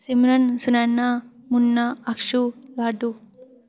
Simran Sunaina Munna Akshu laddu